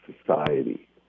Society